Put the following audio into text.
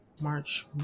March